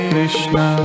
Krishna